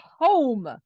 home